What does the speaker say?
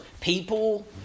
People